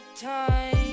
time